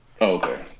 okay